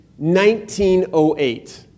1908